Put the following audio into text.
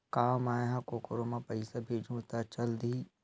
का मै ह कोखरो म पईसा भेजहु त चल देही?